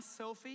selfie